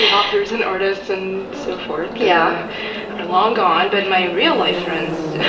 yeah authors and artists and so forth yeah are long gone. but my real-life friends,